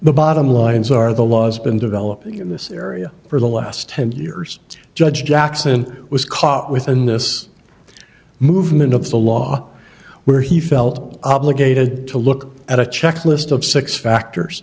the bottom lines are the law's been developing in this area for the last ten years judge jackson was caught within this movement of the law where he felt obligated to look at a checklist of six factors